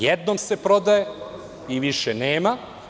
Jednom se prodaje i više nema.